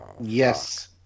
Yes